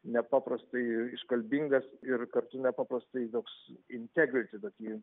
nepaprastai iškalbingas ir kartu nepaprastai toks integriti tokį